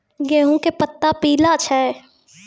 गेहूँ के पत्ता पीला छै?